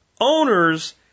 owners